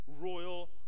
Royal